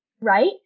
Right